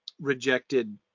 rejected